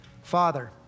Father